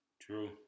True